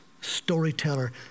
storyteller